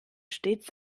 stets